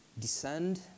descend